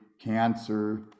cancer